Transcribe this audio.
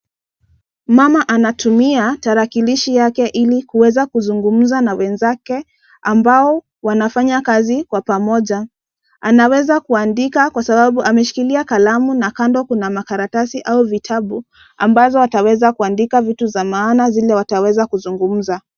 Mama anatumia tarakilishi yake ili kuweza kuzungumza na wenzake, ambao, wanafanya kazi kwa pamoja, anaweza kuandika kwa sababu ameshikilia kalamu, na kando kuna makaratasi, au vitabu ambazo ataweza kuandika vitu za maana zile wataweza kuzungumza.